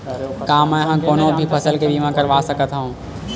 का मै ह कोनो भी फसल के बीमा करवा सकत हव?